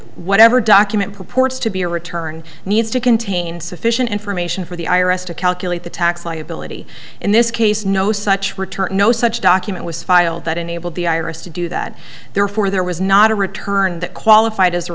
whatever document purports to be a return needs to contain sufficient information for the i r s to calculate the tax liability in this case no such return no such document was filed that enabled the iris to do that therefore there was not a return that qualified as a